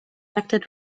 reacted